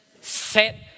Set